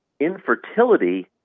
infertility